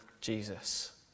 Jesus